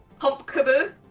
Pumpkaboo